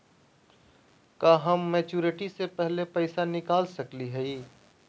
का हम मैच्योरिटी से पहले पैसा निकाल सकली हई?